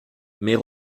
mais